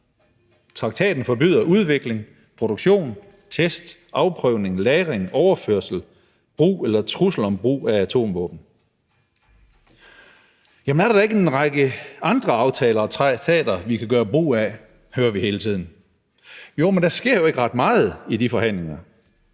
Traktaten forbyder udvikling, produktion, test, afprøvning, lagring, overførsel og brug eller trusler om brug af atomvåben. Jamen er der da ikke en række andre aftaler og traktater, vi kan gøre brug af? hører vi hele tiden. Jo, men der sker jo ikke ret meget i de forhandlinger.